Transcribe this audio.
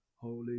Holy